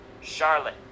Charlotte